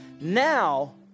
Now